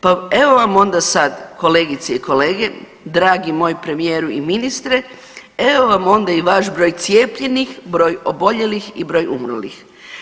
Pa evo vam onda sad kolegice i kolege dragi moj premijeru i ministre evo vam onda i vaš broj cijepljenih, broj oboljelih i broj umrlih.